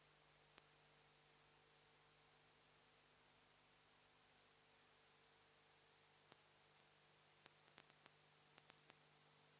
Grazie